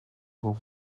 were